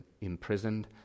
imprisoned